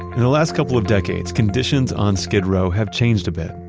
in the last couple of decades, conditions on skid row have changed a bit.